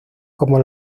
como